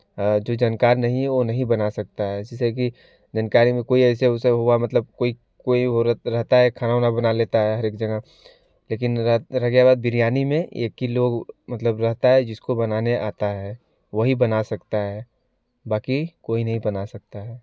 जो जानकार नहीं है वह नहीं बना सकता है जैसे कि जानकारी में कोई ऐसे उसे हुआ मतलब कोई कोई औरत रहती है खाना वाना बना लेती है हरेक जगह लेकिन बात बिरयानी में एक ही लोग मतलब रहता है जिसको बनाना आता है वही बना सकता है बाकी कोई नहीं बना सकता है